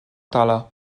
tala